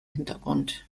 hintergrund